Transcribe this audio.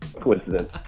Coincidence